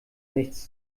nichts